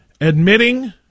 Admitting